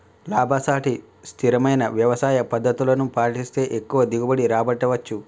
లాభసాటి స్థిరమైన వ్యవసాయ పద్దతులను పాటిస్తే ఎక్కువ దిగుబడి రాబట్టవచ్చు